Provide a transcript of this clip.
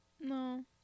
No